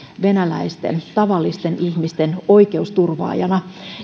venäläisten tavallisten ihmisten oikeusturvaajana